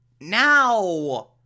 Now